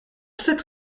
cette